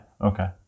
Okay